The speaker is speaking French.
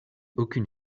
aucune